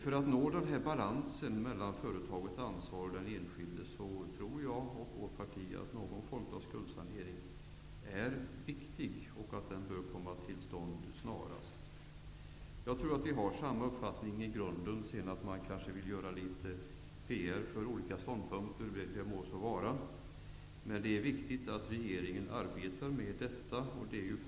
För att nå denna balanspunkt tror vårt parti att någon form av skuldsanering är viktig och snarast bör komma till stånd. Jag tror att alla partier här i grunden har samma uppfattning - att man sedan vill göra litet PR för olika ståndpunkter må så vara. Det är viktigt att regeringen arbetar med denna fråga.